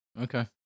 Okay